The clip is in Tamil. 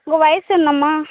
உங்கள் வயது என்னம்மா